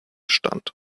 stand